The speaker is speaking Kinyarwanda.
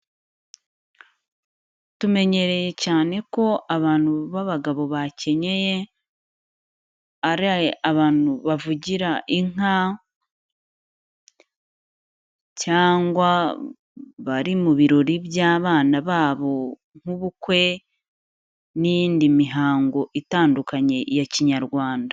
Tumenyereye cyane ko abantu b'abagabo bakenyeye, ari abantu bavugira inka cyangwa bari mu birori by'abana babo nk'ubukwe n'iyindi mihango itandukanye ya kinyarwanda.